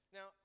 Now